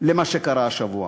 למה שקרה השבוע.